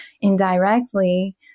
indirectly